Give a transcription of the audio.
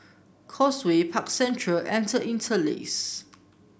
Causeway Park Central and The Interlace